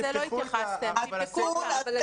הסיכון הזה